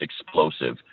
explosive